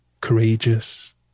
courageous